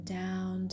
down